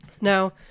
Now